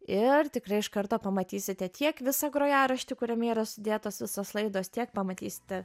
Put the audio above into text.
ir tikrai iš karto pamatysite tiek visą grojaraštį kuriame yra sudėtos visos laidos tiek pamatysite